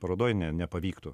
parodoj ne nepavyktų